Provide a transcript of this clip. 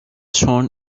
john